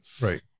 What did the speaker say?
Right